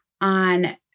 on